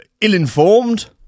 ill-informed